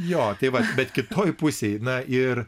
jo tai vat bet kitoj pusėj na ir